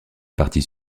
partie